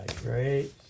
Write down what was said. great